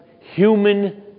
human